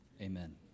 Amen